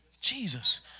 Jesus